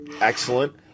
Excellent